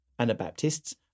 Anabaptists